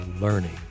learning